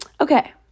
Okay